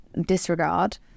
disregard